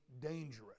dangerous